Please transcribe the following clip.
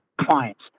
clients